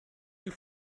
you